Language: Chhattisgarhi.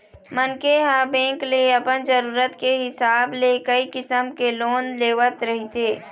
मनखे ह बेंक ले अपन जरूरत के हिसाब ले कइ किसम के लोन लेवत रहिथे